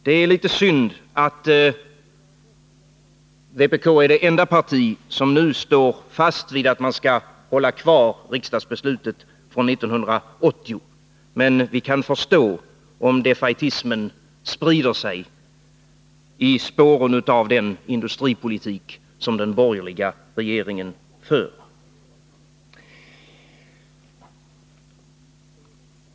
Det är litet synd att vpk är det enda parti som nu står fast vid att man skall hålla kvar riksdagsbeslutet från 1980. Men vi kan förstå om defaitismen sprider sig i spåren av den industripolitik som den borgerliga regeringen för.